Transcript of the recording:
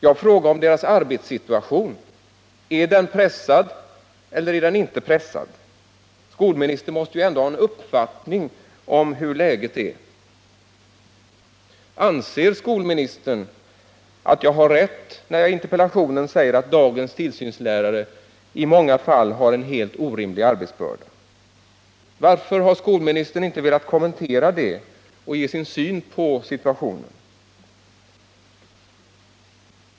Jag frågade om tillsynslärarnas arbetssituation. Är den pressad eller är den inte pressad? Skolministern måste ju ändå ha en uppfattning om hur läget är. Anser skolministern att jag har rätt när jag i interpellationen säger att dagens tillsynslärare i många fall har en helt orimlig arbetsbörda? Varför har skolministern inte velat kommentera det och ge sin syn på situationen?